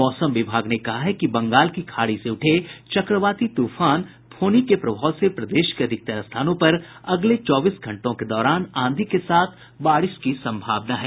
मौसम विभाग ने कहा है कि बंगाल की खाड़ी से उठे चक्रवाती तूफान फोनी के प्रभाव से प्रदेश के अधिकतर स्थानों पर अगले चौबीस घंटों के दौरान आंधी के साथ बारिश की सम्भावना है